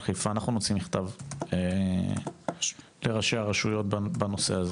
חיפה אנחנו נוציא מכתב לראשי הרשויות בנושא הזה.